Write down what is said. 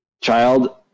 child